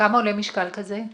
כמה עולה משקל כזה?